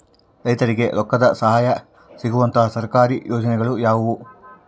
ರೈತರಿಗೆ ರೊಕ್ಕದ ಸಹಾಯ ಸಿಗುವಂತಹ ಸರ್ಕಾರಿ ಯೋಜನೆಗಳು ಯಾವುವು?